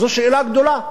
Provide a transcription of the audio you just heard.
זאת שאלה גדולה.